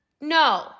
No